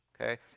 okay